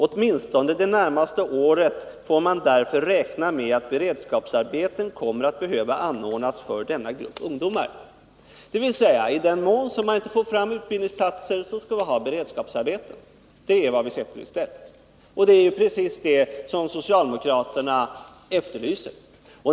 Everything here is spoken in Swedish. Åtminstone det närmaste året får man därför räkna med att beredskapsarbeten kommer att behöva anordnas för denna grupp ungdomar.” — I den mån man inte får fram utbildning skall vi alltså ha beredskapsarbeten. Det är vad vi sätter i stället, och det är precis det som socialdemokraterna efterlyser.